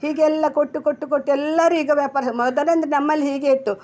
ಹೀಗೆಲ್ಲ ಕೊಟ್ಟು ಕೊಟ್ಟು ಕೊಟ್ಟು ಎಲ್ಲರೂ ಈಗ ವ್ಯಾಪಾರ ಮೊದಲೆಂದ್ರೆ ನಮ್ಮಲ್ಲಿ ಹೀಗೇ ಇತ್ತು